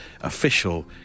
official